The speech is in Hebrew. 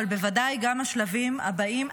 אבל בוודאי גם השלבים הבאים,